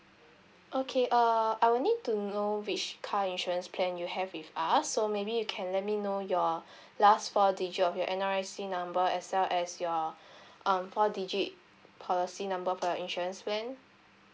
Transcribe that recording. okay uh I will need to know which car insurance plan you have with us so maybe you can let me know your last four digit of your N_R_I_C number as well as your um four digit policy number of your insurance plan